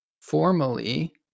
formally